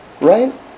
Right